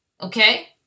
Okay